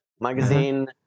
magazine